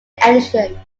edition